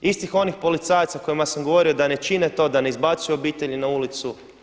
Istih onih policajaca kojima sam govorio da ne čine to, da ne izbacuju obitelji na ulicu.